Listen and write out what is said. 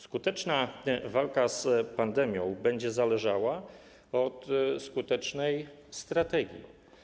Skuteczna walka z pandemią będzie zależała od skutecznej strategii.